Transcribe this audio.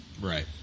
Right